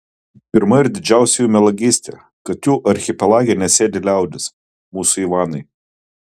pirma ir didžiausia jų melagystė kad jų archipelage nesėdi liaudis mūsų ivanai